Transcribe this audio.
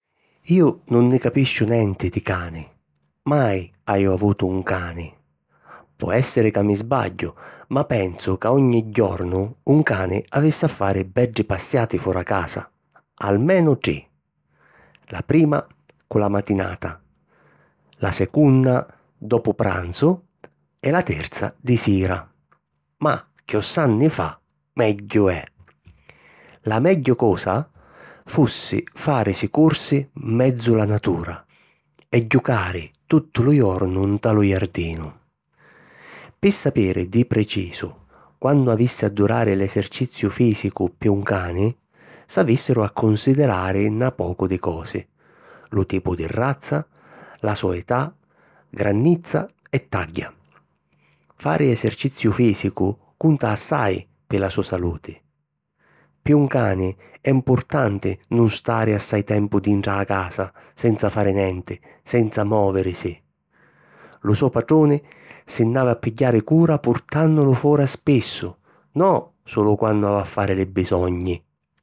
Ju nun nni capisciu nenti di cani. Mai haju avutu un cani. Po èssiri ca mi sbagghiu, ma pensu ca ogni jornu un cani avissi a fari beddi passiati fora casa; almenu tri: la prima cu la matinata, la secunna dopu pranzu e la terza di sira. Ma chiossai nni fa, megghiu è. La megghiu cosa fussi fàrisi cursi 'n menzu la natura e jucari tuttu lu jornu nta lu jardinu. Pi sapiri di precisu quantu avissi a durari l'eserciziu fìsicu pi un cani, s'avìssiru a cunsidirari na pocu di cosi: lu tipu di razza, la so età, grannizza e tagghia. Fari eserciziu fìsicu cunta assai pi la so saluti. Pi un cani è mpurtanti nun stari assai tempu dintra â casa, senza fari nenti, senza mòvirisi. Lu so patruni si nn'havi a pigghiari cura purtànnulu fora spissu, no sulu quannu havi a fari li bisogni.